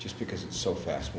just because it's so fast